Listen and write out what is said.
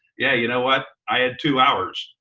yeah, you know what? i had two hours.